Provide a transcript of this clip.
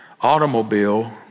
automobile